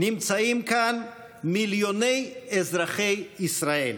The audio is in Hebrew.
נמצאים כאן מיליוני אזרחי ישראל